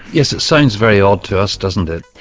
yes, it sounds very odd to us, doesn't it?